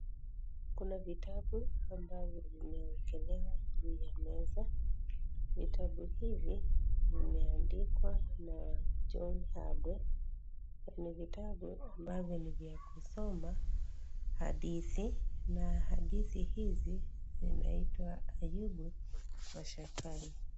Kuna vitabu ambavyo vimewekelewa juu ya meza. Vitabu hivi vimeandikwa na John Kagwe na ni vitabu ambavyo ni vya kusoma hadithi na hadithi hizi zinaitwa: Ayubu mashakani.